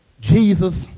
Jesus